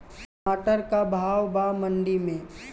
टमाटर का भाव बा मंडी मे?